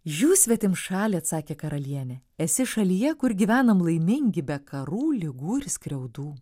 žiū svetimšali atsakė karalienė esi šalyje kur gyvenam laimingi be karų ligų ir skriaudų